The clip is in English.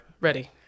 Ready